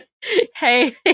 Hey